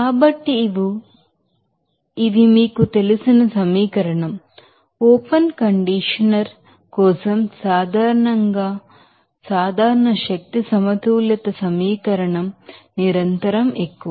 కాబట్టి ఇవి మీకు తెలిసిన సమీకరణం ఓపెన్ కండిషనర్ కోసం సాధారణంగా జనరల్ ఎనర్జీ బాలన్స్ నిరంతరం ఎక్కువ